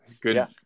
Good